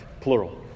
plural